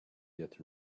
yet